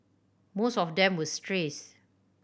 most of them were strays